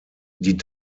die